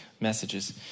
messages